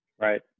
right